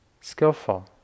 skillful